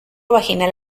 vaginal